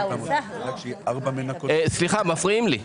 סליחה, מפריעים לי.